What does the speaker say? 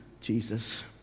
Jesus